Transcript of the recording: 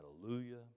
Hallelujah